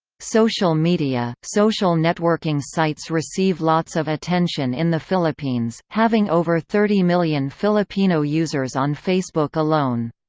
social media social networking sites receive lots of attention in the philippines, having over thirty million filipino users on facebook alone.